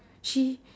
she